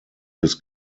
des